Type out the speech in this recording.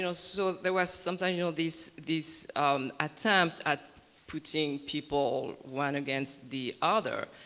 you know so there were sometimes you know these these attempts at putting people one against the other.